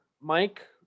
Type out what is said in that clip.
Mike